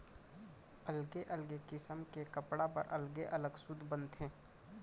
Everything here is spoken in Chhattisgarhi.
अलगे अलगे किसम के कपड़ा बर अलगे अलग सूत बनथे